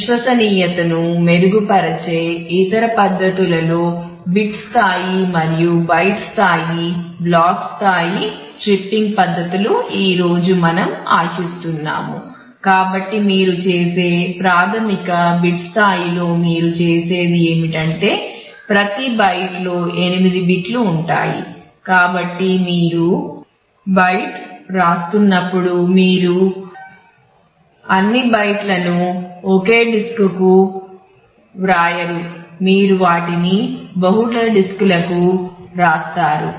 విశ్వసనీయతను మెరుగుపరిచే ఇతర పద్ధతుల్లో బిట్కు వ్రాయరు మీరు వాటిని బహుళ డిస్క్లకు వ్రాస్తారు